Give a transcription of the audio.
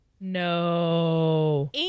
No